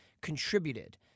contributed